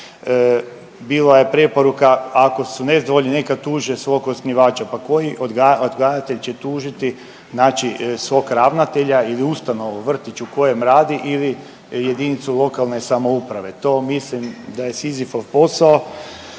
Bila je preporuka, ako su nezadovoljni, neka tuže svog osnivača. Pa koji odgajatelj će tužiti znači svog ravnatelja ili ustanovu, vrtić u kojem radi ili jedinicu lokalne samouprave? To mislim da je je Sizifov posao.